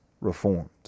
reformed